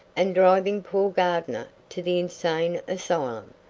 and driving poor gardner to the insane asylum.